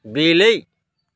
ବିଲେଇ